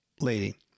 lady